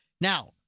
Now